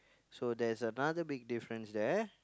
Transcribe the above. so there's another big difference there